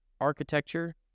architecture